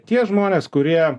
tie žmonės kurie